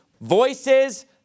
voices